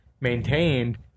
maintained